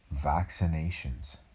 Vaccinations